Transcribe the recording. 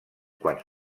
quants